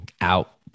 out